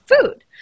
food